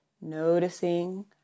Noticing